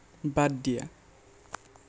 বাদ দিয়া